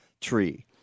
tree